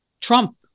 Trump